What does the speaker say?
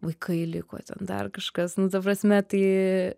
vaikai liko ten dar kažkas nu ta prasme tai